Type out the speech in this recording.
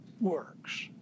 works